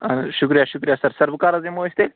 اَہَن شُکریہ شُکریہ سَر سَر وۄنۍ کَر حظ یِمو أسۍ تیٚلہِ